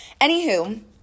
Anywho